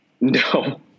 No